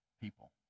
people